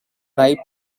ripe